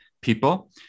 people